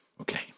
Okay